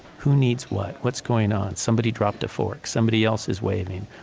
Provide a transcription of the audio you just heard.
who needs what, what's going on, somebody dropped a fork, somebody else is waving.